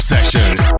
Sessions